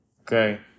Okay